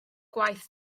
gwaith